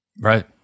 right